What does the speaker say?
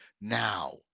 now